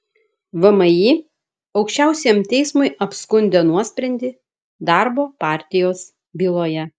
vmi aukščiausiajam teismui apskundė nuosprendį darbo partijos byloje